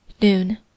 noon